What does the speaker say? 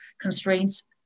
constraints